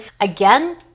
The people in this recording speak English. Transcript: again